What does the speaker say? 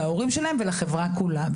להורים שלהם ולחברה כולה.